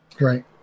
Right